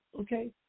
Okay